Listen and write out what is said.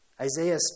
Isaiah